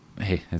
Hey